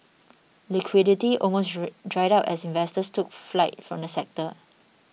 liquidity almost dried up as investors took flight from the sector